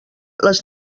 les